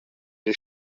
ils